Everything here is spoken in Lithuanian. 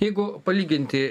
jeigu palyginti